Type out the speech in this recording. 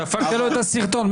דפקת לו את הסרטון.